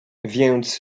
więc